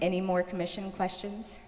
any more commission question